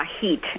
heat